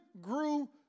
grew